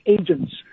agents